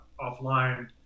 offline